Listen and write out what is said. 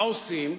מה עושים?